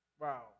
Wow